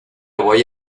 voy